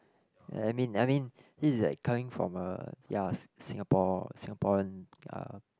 I mean I mean this is like coming from a ya Singapore Singaporean uh